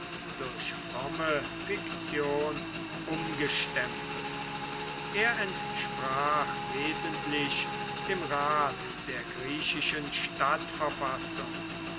durch fromme fiktion umgestempelt er entsprach wesentlich dem rat der griechischen